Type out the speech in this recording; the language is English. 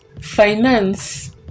finance